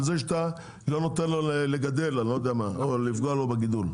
זה שאתם לא נותנים לו לגדל או פוגעים לו בגידול.